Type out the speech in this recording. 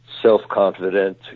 self-confident